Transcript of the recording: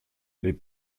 les